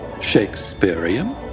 Shakespearean